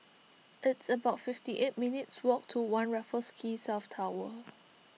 it's about fifty eight minutes' walk to one Raffles Quay South Tower